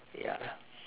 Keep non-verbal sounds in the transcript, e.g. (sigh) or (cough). ya (breath)